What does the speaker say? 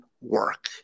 work